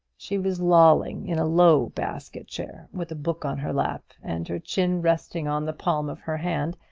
she was lolling in a low basket-chair, with a book on her lap, and her chin resting on the palm of her hand,